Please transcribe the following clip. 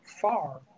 far